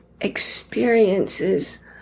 experiences